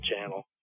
channel